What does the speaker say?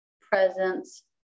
presence